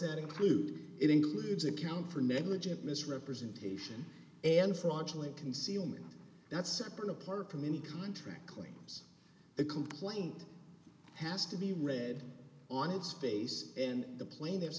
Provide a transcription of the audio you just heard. that include it includes account for negligent misrepresentation and fraudulent concealment that separate apart from any contract claims a complaint has to be read on its face and the plaintiffs